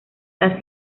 las